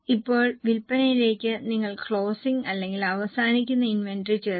ഇപ്പോൾ വിൽപ്പനയിലേക്ക് നിങ്ങൾ ക്ലോസിംഗ് അല്ലെങ്കിൽ അവസാനിക്കുന്ന ഇൻവെന്ററി ചേർക്കുക